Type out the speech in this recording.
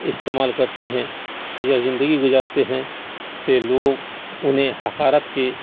استعمال کرتے ہیں یا زندگی گزارتے ہیں تو یہ لوگ انہیں حقارت کی